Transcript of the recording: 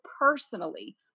personally